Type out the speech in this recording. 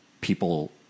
people